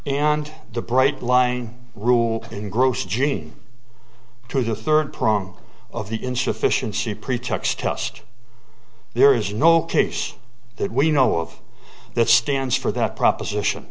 and the bright line rule in gross gene to the third prong of the insufficiency pretext test there is no case that we know of that stands for that proposition